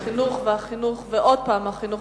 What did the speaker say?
החינוך והחינוך ועוד פעם החינוך.